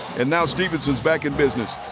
and now stephensons back in business.